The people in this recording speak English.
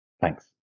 Thanks